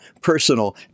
personal